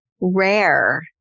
rare